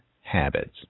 habits